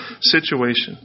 situation